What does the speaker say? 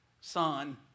son